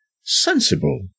Sensible